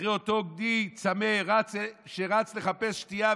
אחרי אותו גדי צמא שרץ לחפש שתייה,